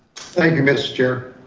thank you, mr. chair.